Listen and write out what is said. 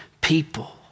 people